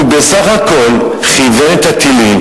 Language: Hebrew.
הוא בסך הכול כיוון את הטילים,